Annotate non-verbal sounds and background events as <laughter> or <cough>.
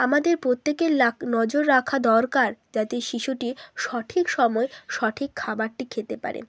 আমাদের প্রত্যেকের <unintelligible> নজর রাখা দরকার যাতে শিশুটি সঠিক সময়ে সঠিক খাবারটি খেতে পারে